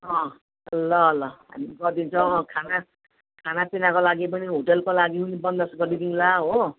ल ल हामी गर्दिनछौँ खानापिनाको लागि पनि होटलको लागि पनि बन्दबस्त गरिदिउँला हो